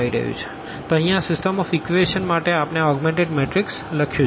તો અહિયાં આ સીસ્ટમ ઓફ ઇક્વેશન માટે આપણે આ ઓગ્મેનટેડ મેટ્રિક્સ લખ્યું છે